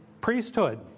priesthood